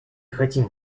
хотим